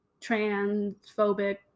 transphobic